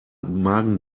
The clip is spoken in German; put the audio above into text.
magen